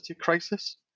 crisis